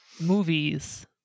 movies